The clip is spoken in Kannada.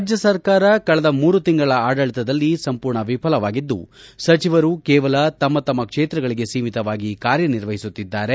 ರಾಜ್ಯ ಸರ್ಕಾರ ಕಳೆದ ಮೂರು ತಿಂಗಳ ಆಡಳಿತದಲ್ಲಿ ಸಂಪೂರ್ಣ ವಿಫಲವಾಗಿದ್ದು ಸಚಿವರು ಕೇವಲ ತಮ್ಮ ತಮ್ಮ ಕ್ಷೇತ್ರಗಳಿಗೆ ಸೀಮಿತವಾಗಿ ಕಾರ್ಯ ನಿರ್ವಹಿಸುತ್ತಿದ್ದಾರೆ